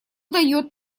дает